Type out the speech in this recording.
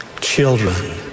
children